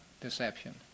deception